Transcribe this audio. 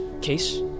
Case